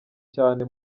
cyane